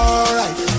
Alright